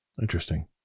Interesting